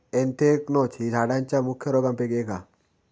anthracnose ही झाडांच्या मुख्य रोगांपैकी एक हा